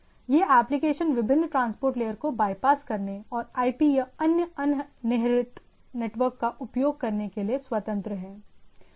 यह एप्लिकेशन विभिन्न transport layer को बायपास करने और आईपी या अन्य अंतर्निहित नेटवर्क का उपयोग करने के लिए स्वतंत्र है